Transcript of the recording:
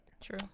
True